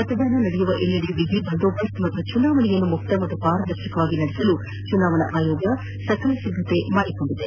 ಮತದಾನ ನಡೆಯುವ ಎಲ್ಲೆಡೆ ಬಿಗಿ ಬಂದೋಬಸ್ತ್ ಹಾಗೂ ಚುನಾವಣೆಯನ್ನು ಮುಕ್ತ ಹಾಗೂ ಪಾರದರ್ಶಕವಾಗಿ ನಡೆಸಲು ಚುನಾವಣಾ ಆಯೋಗ ಸಕಲ ಸಿದ್ದತೆಗಳನ್ನು ಮಾಡಿಕೊಂಡಿದೆ